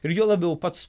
ir juo labiau pats